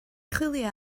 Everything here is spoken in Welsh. chwilio